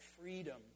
freedom